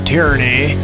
Tyranny